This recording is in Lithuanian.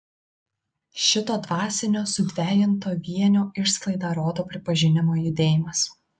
šito dvasinio sudvejinto vienio išsklaidą rodo pripažinimo judėjimas